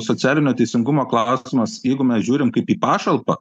socialinio teisingumo klausimas jeigu mes žiūrim kaip į pašalpą